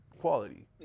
quality